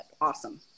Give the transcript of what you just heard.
Awesome